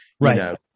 Right